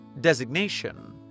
Designation